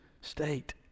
state